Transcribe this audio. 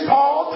Paul